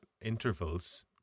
intervals